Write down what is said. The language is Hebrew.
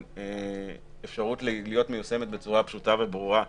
אפשרות להיות מיושמת בצורה פשוטה וברורה,